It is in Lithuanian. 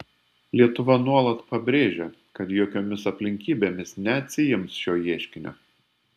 lietuva nuolat pabrėžia kad jokiomis aplinkybėmis neatsiims šio ieškinio